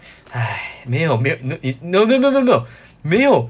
哎没有没有你 no no no no no 没有